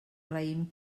raïm